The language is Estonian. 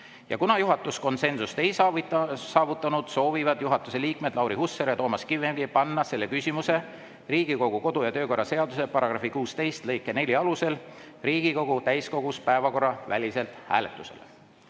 Kuna juhatus konsensust ei saavutanud, soovivad juhatuse liikmed Lauri Hussar ja Toomas Kivimägi panna selle küsimuse Riigikogu kodu- ja töökorra seaduse § 16 lõike 4 alusel Riigikogu täiskogus päevakorraväliselt hääletusele.